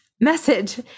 message